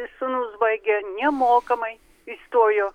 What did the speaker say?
sūnus baigė nemokamai įstojo